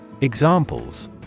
Examples